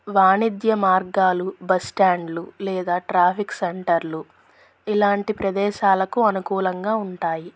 వాణిజ్య మార్గాలు బస్స్టాండ్లు లేదా ట్రాఫిక్ సెంటర్లు ఇలాంటి ప్రదేశాలకు అనుకూలంగా ఉంటాయి